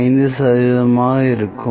5 சதவீதமாக இருக்கும்